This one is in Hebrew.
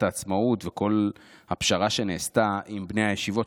העצמאות וכל הפשרה שנעשתה עם בני הישיבות,